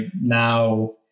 now